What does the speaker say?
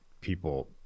people